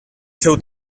seu